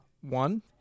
one